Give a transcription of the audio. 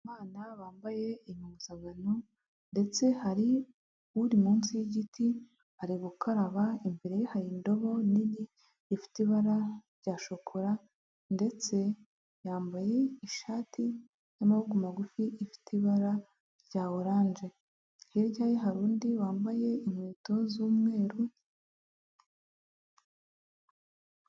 Abana bambaye impuzankano ndetse hari uri munsi y'igiti ari gukaraba, imbere ye hari indobo nini ifite ibara rya shokora ndetse yambaye ishati y'amaboko magufi ifite ibara rya oranje, hirya ye hari undi wambaye inkweto z'umweru.